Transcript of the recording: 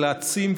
להעצים,